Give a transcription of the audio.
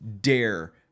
dare